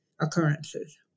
occurrences